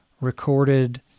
recorded